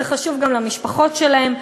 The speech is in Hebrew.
זה חשוב גם למשפחות שלהם.